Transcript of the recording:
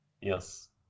Yes